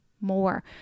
more